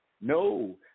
no